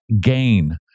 gain